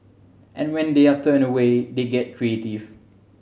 and when they are turned away they get creative